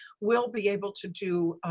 will be able to do